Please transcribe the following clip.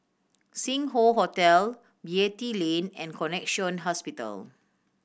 Sing Hoe Hotel Beatty Lane and Connexion Hospital